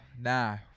nah